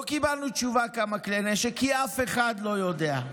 לא קיבלנו תשובה כמה כלי נשק, כי אף אחד לא יודע.